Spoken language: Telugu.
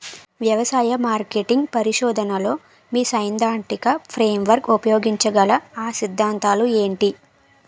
వ్యవసాయ మార్కెటింగ్ పరిశోధనలో మీ సైదాంతిక ఫ్రేమ్వర్క్ ఉపయోగించగల అ సిద్ధాంతాలు ఏంటి?